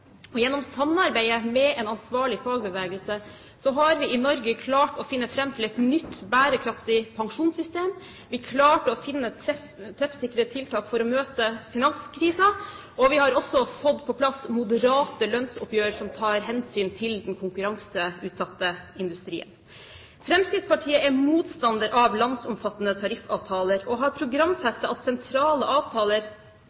arbeidsgivere. Gjennom samarbeidet med en ansvarlig fagbevegelse har vi i Norge klart å finne fram til et nytt, bærekraftig pensjonssystem. Vi klarte å finne treffsikre tiltak for å møte finanskrisen, og vi har også fått på plass moderate lønnsoppgjør som tar hensyn til den konkurranseutsatte industrien. Fremskrittspartiet er motstander av landsomfattende tariffavtaler og har